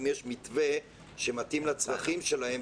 האם יש מתווה שמתאים לצרכים שלהם,